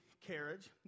Carriage